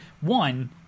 One